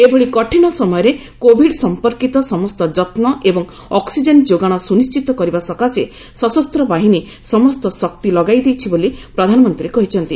ଏଭଳି କଠିନ ସମୟରେ କୋଭିଡ ସମ୍ପର୍କିତ ସମସ୍ତ ଯତ୍ନ ଏବଂ ଅକ୍ନିଜେନ୍ ଯୋଗାଣ ସୁନିଶ୍ଚିତ କରିବା ସକାଶେ ସଶସ୍ତ ବାହିନୀ ସମସ୍ତ ଶକ୍ତି ଲଗାଇ ଦେଇଛି ବୋଲି ପ୍ରଧାନମନ୍ତ୍ରୀ କହିଛନ୍ତି